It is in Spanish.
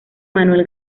manuel